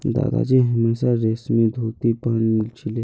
दादाजी हमेशा रेशमी धोती पह न छिले